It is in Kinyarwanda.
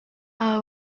aba